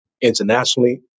internationally